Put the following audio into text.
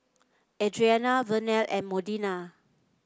Adrianna Vernell and Modena